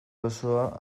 osoa